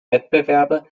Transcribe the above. wettbewerbe